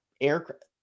aircraft